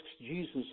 Jesus